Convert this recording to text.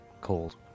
cold